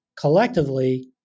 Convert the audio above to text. collectively